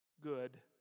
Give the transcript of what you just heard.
good